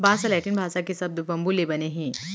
बांस ह लैटिन भासा के सब्द बंबू ले बने हे